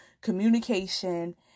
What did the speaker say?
communication